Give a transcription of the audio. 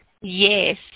Yes